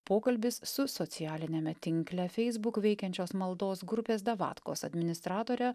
pokalbis su socialiniame tinkle facebook veikiančios maldos grupės davatkos administratorė